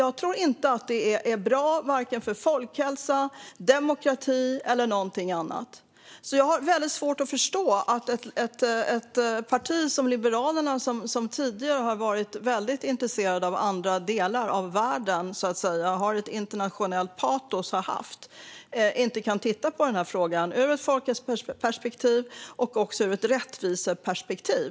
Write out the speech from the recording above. Jag tror inte att det vore bra för folkhälsan, demokratin eller någonting annat. Jag har väldigt svårt att förstå att ett parti som Liberalerna, som tidigare har varit väldigt intresserat av andra delar av världen och som har haft ett internationellt patos, inte kan titta på den här frågan ur ett folkhälsoperspektiv och ur ett rättviseperspektiv.